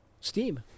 Steam